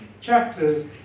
chapters